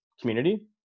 community